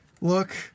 Look